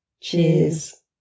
cheers